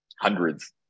hundreds